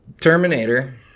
Terminator